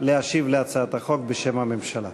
להשיב על הצעת החוק בשם הממשלה.